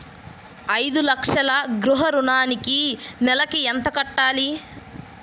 ఐదు లక్షల గృహ ఋణానికి నెలకి ఎంత కట్టాలి?